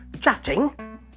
chatting